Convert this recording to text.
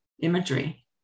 imagery